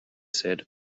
said